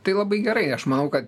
tai labai gerai aš manau kad